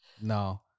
No